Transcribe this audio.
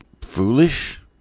foolish